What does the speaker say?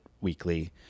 weekly